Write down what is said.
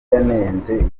yanenze